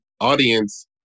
audience